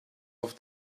auf